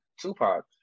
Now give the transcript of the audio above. Tupac